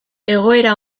egoera